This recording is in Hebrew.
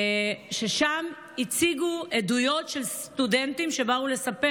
ושם הציגו עדויות של סטודנטים שבאו לספר